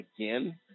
again